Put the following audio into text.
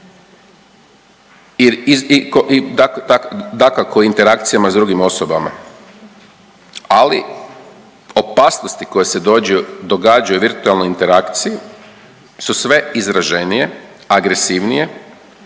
dakako, interakcijama s drugim osobama, ali opasnosti koje se događaju u virtualnoj interakciji su sve izraženije, agresivnije